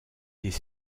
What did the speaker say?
des